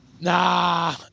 Nah